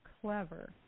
clever